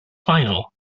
final